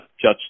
judge